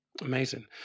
amazing